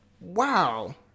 Wow